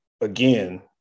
again